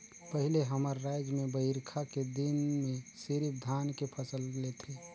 पहिले हमर रायज में बईरखा के दिन में सिरिफ धान के फसल लेथे